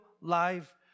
life